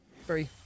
Three